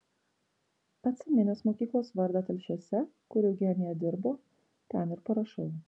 atsiminęs mokyklos vardą telšiuose kur eugenija dirbo ten ir parašau